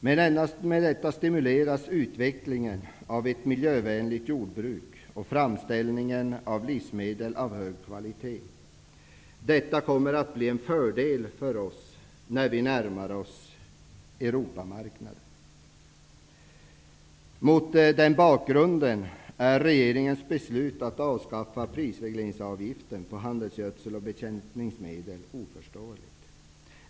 Härigenom stimuleras utvecklingen av ett miljövänligt jordbruk och framställningen av livsmedel av hög kvalitet. Detta kommer att vara till fördel för oss när vi närmar oss Europamarknaden. Mot denna bakgrund är regeringens beslut att avskaffa prisregleringsavgiften på handelsgödsel och bekämpningsmedel oförståeligt.